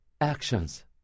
actions